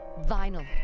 vinyl